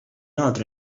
altro